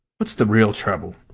what's the real trouble?